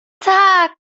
tak